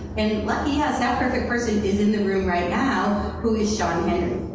and lucky us, that perfect person is in the room right now, who is shawn henry.